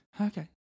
Okay